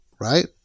right